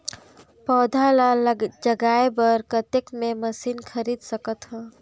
पौधा ल जगाय बर कतेक मे मशीन खरीद सकथव?